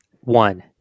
One